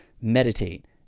Meditate